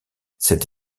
cette